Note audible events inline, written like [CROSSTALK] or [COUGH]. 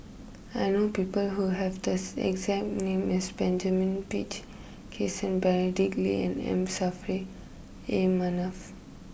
[NOISE] I know people who have this exact name as Benjamin Peach Keasberry Dick Lee and M Saffri A Manaf